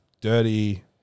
dirty